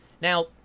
Now